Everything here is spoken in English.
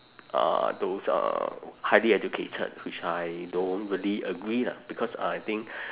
uh those uh highly educated which I don't really agree lah because I think